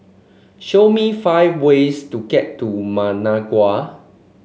show me five ways to get to Managua